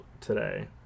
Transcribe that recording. today